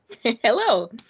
Hello